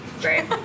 Great